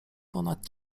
ponad